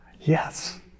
Yes